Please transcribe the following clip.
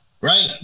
Right